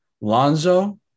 Lonzo